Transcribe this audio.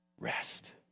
Rest